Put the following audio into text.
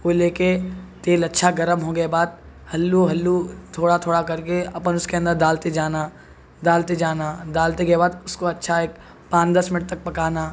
وہ لے کے تیل اچھا گرم ہوگیا بعد ہلو ہلو تھوڑا تھوڑا کر کے اپن اس کے اندر ڈالتے جانا ڈالتے جانا ڈالتے گئے بعد اس کو اچھا ایک پانچ دس منٹ تک پکانا